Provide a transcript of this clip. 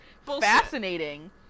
Fascinating